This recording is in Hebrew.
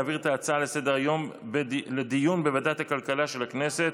להעביר את ההצעה לסדר-היום לדיון בוועדת הכלכלה של הכנסת.